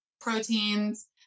proteins